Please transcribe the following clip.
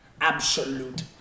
Absolute